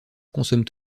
consomment